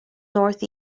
north